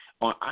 on